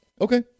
okay